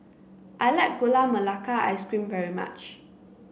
I like Gula Melaka Ice Cream very much